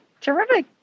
terrific